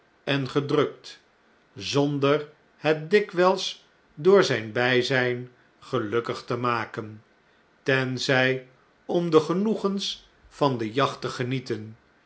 en gedrukt zonder het dikwijls door zijn bijzijn gelukkig te maken tenzij om de genoegens van de jacht te genieten